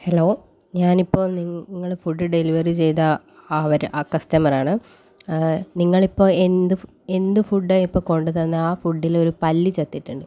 hello ഞാനിപ്പോൾ നിങ്ങൾ food delivery ചെയ്ത അവരാണ് ആ കസ്റ്റമർ ആണ് നിങ്ങളിപ്പോൾ എന്ത് ഫുഡ് എന്ത് ഫുഡ് ആണ് ഇപ്പോൾ കൊണ്ടു തന്നത് ആ ഫുഡിൽ ഒരു പല്ലി ചത്തിട്ടുണ്ട്